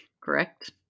correct